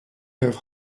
have